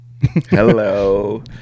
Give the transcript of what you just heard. Hello